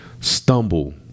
stumble